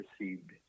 received